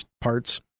parts